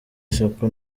isuku